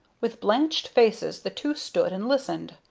with blanched faces the two stood and listened.